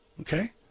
Okay